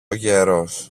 γέρος